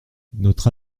notre